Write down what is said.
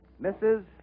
Mrs